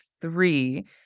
three